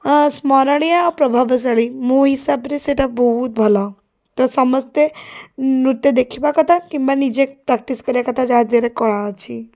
ଓ ସ୍ମରଣୀୟ ଓ ପ୍ରଭାବଶାଳୀ ମୋ ହିସାବରେ ସେଇଟା ବହୁତ ଭଲ ତ ସମସ୍ତେ ନୃତ୍ୟ ଦେଖିବା କଥା କିମ୍ବା ନିଜେ ପ୍ରାକ୍ଟିସ୍ କରିବା କଥା ଯାହା ଦେହରେ କଳା ଅଛି